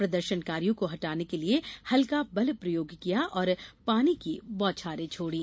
प्रदर्शनकारियों को हटाने के लिए हल्का बल प्रयोग किया और पानी की बौछारें छोड़ी